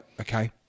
Okay